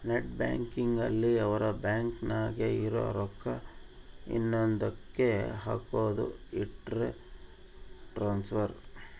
net banking ಅಲ್ಲಿ ಅವ್ರ bank ನಾಗೇ ಇರೊ ರೊಕ್ಕ ಇನ್ನೊಂದ ಕ್ಕೆ ಹಕೋದು ಇಂಟ್ರ ಟ್ರಾನ್ಸ್ಫರ್